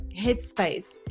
headspace